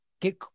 get